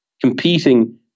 competing